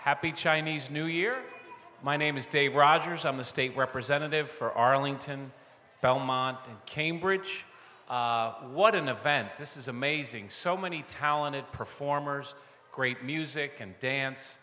happy chinese new year my name is dave rogers on the state representative for arlington belmont cambridge what an event this is amazing so many talented performers great music and dance